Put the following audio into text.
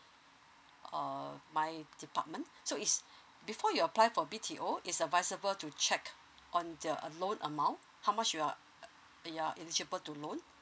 uh my department so is before you apply for B_T_O is advisible to check on the a laon amount how much you are you are eligilible to loan